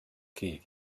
keegi